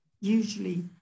usually